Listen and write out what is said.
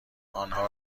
آنها